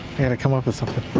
and come up with something.